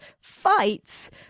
fights